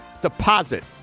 deposit